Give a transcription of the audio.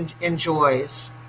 enjoys